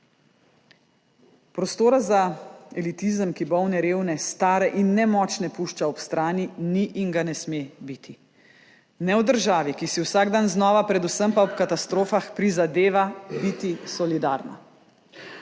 Prostora za elitizem, ki bolne, revne, stare in nemočne pušča ob strani, ni in ga ne sme biti, ne v državi, ki si vsak dan znova, predvsem pa ob katastrofah, prizadeva biti solidarna.